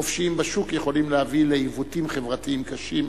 חופשיים בשוק יכולים להביא לעיוותים חברתיים קשים.